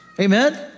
Amen